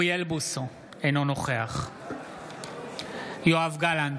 בעד אוריאל בוסו, אינו נוכח יואב גלנט,